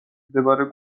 მდებარე